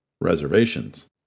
reservations